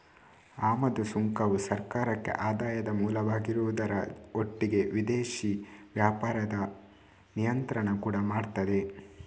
ಆಮದು ಸುಂಕವು ಸರ್ಕಾರಕ್ಕೆ ಆದಾಯದ ಮೂಲವಾಗಿರುವುದರ ಒಟ್ಟಿಗೆ ವಿದೇಶಿ ವ್ಯಾಪಾರದ ನಿಯಂತ್ರಣ ಕೂಡಾ ಮಾಡ್ತದೆ